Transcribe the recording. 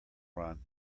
run